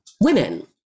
women